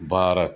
Bharat